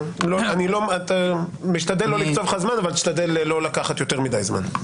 אני משתדל לא לקצוב לך זמן אבל תשתדל לא לקחת יותר מדי זמן.